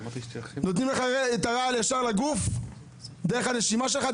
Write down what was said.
נותנים לך את הרעל ישר לגוף, דרך הנשימה שלך?